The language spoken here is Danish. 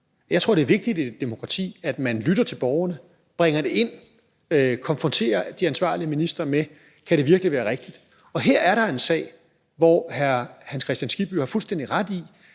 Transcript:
Jeg tror, det er vigtigt i et demokrati, at man lytter til borgerne, bringer det ind og konfronterer de ansvarlige ministre med: Kan det virkelig kan være rigtigt? Her er der en sag, hvor hr. Hans Kristian Skibby har fuldstændig ret i,